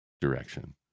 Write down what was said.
direction